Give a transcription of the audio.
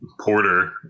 Porter